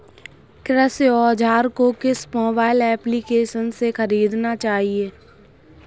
कृषि औज़ार को किस मोबाइल एप्पलीकेशन से ख़रीदना चाहिए?